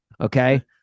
Okay